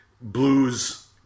blues